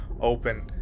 open